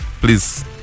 please